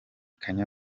kanye